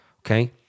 okay